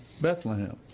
Bethlehem